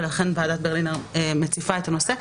ולכן ועדת ברלינר מציפה את הנושא.